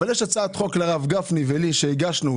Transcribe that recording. אבל יש הצעת חוק לרב גפני ולי שהגשנו.